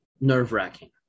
nerve-wracking